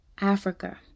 Africa